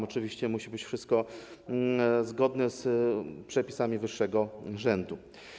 Oczywiście musi być wszystko zgodne z przepisami wyższego rzędu.